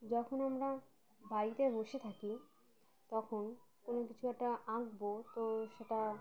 যখন আমরা বাড়িতে বসে থাকি তখন কোনো কিছু একটা আঁকবো তো সেটা